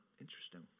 interesting